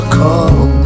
come